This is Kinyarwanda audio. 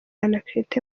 anaclet